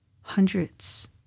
hundreds